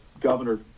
Governor